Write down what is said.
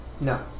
No